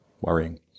Worrying